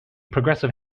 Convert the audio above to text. progressive